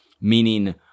Meaning